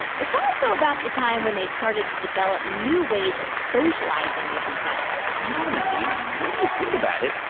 it's also about the time when they started to develop new ways of socializing with each other you know, mindy, when you think about it,